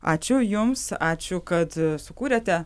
ačiū jums ačiū kad sukūrėte